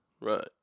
Right